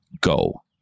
Go